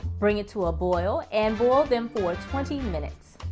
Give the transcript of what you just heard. bring it to a boil and boil them for twenty minutes.